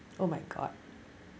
oh my god